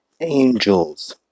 angels